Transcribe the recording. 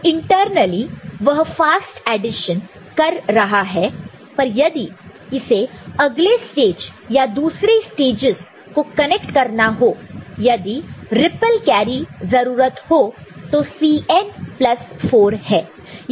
तो इंटरनली वह fast addition कर रहा है पर यदि इसे अगले स्टेज या दूसरे स्टेजस को कनेक्ट करना हो यदि रिप्पल कैरी जरूरत हो तो Cn प्लस 4 है